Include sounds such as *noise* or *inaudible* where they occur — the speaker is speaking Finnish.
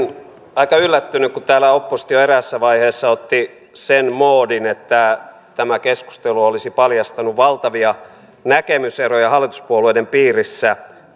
aika yllättynyt kun täällä oppositio eräässä vaiheessa otti sen moodin että tämä keskustelu olisi paljastanut valtavia näkemyseroja hallituspuolueiden piirissä *unintelligible*